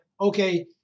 okay